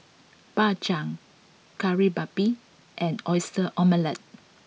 Bak Chang Kari Babi and Oyster Omelette